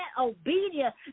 obedience